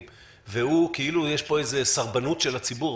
והוא כאילו יש פה איזו סרבנות של הציבור,